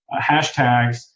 hashtags